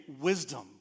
wisdom